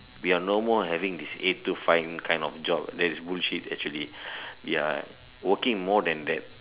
we are no more having this eight to five kind of job that is bullshit actually we are working more than that